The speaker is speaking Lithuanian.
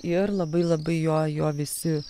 ir labai labai jo jo visi